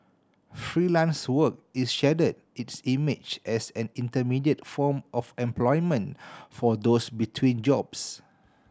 Freelance Work is shedding its image as an intermediate form of employment for those between jobs